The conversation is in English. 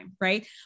Right